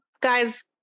guys